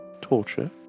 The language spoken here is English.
torture